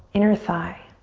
inner thigh.